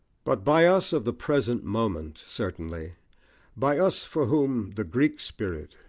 but by us of the present moment, certainly by us for whom the greek spirit,